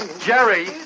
Jerry